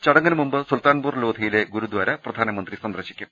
ചടങ്ങിന് മുമ്പ് സുൽത്താൻപൂർ ലോധിയിലെ ഗുരുദാര പ്രധാ നമന്ത്രി സന്ദർശിക്കും